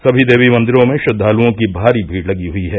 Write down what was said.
सभी देवी मंदिरों में श्रद्वालुओं की भारी भीड़ लगी हुई है